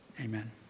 Amen